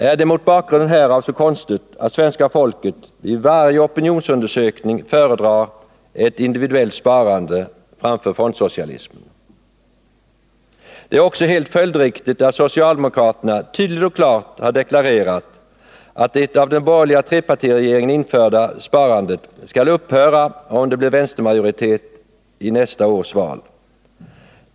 Är det mot bakgrund härav så konstigt att svenska folket vid varje opinionsundersökning föredrar ett individuellt sparande framför fondsocialism? Det är också helt följdriktigt att socialdemokraterna tydligt och klart har deklarerat att det av den borgerliga trepartiregeringen införda sparandet skall upphöra, om det blir vänstermajoritet i nästa års val.